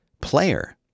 player